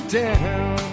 down